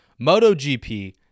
MotoGP